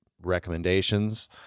recommendations